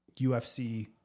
UFC